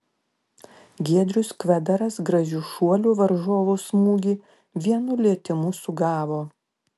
giedrius kvedaras gražiu šuoliu varžovo smūgį vienu lietimu sugavo